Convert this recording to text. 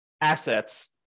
assets